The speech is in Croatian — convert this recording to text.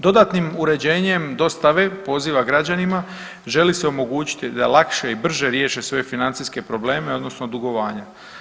Dodatnim uređenjem dostave poziva građanima želi se omogućiti da lakše i brže riješe svoje financijske probleme odnosno dugovanja.